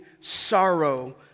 sorrow